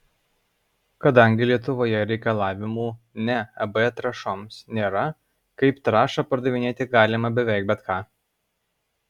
kadangi lietuvoje reikalavimų ne eb trąšoms nėra kaip trąšą pardavinėti galima beveik bet ką